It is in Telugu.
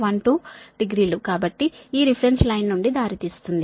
12 డిగ్రీ లు కాబట్టి ఈ రిఫరెన్స్ లైన్ నుండి దారితీస్తుంది